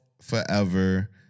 forever